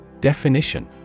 Definition